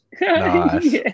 Nice